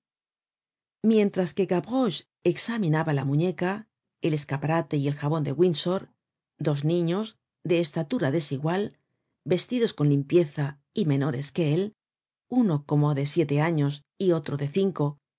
mientras que gavroche examinaba la muñeca el escaparate y el jabon de windsor dos niños de estatura desigual vestidos con limpieza y menores que él uno como de siete años y otro de cinco